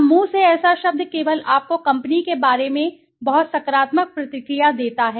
अब मुंह से ऐसा शब्द केवल आपको कंपनी के बारे में बहुत सकारात्मक प्रतिक्रिया देता है